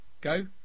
Go